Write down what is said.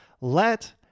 let